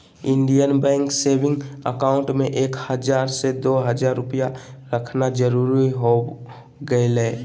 Indian bank saving account में एक हजार से दो हजार रुपया रखना जरूरी हो गेलय